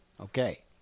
okay